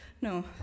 No